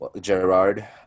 Gerard